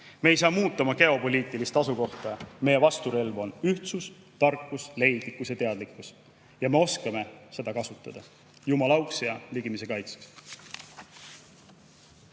Me ei saa muuta oma geopoliitilist asukohta. Meie vasturelv on ühtsus, tarkus, leidlikkus ja teadlikkus ja me oskame seda kasutada. Jumala auks ja ligimese kaitseks!